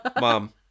Mom